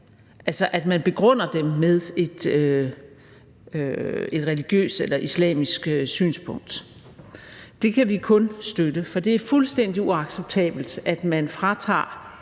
altså hvis man begrunder dem med et religiøst eller islamisk synspunkt. Det kan vi kun støtte, for det er fuldstændig uacceptabelt, at man fratager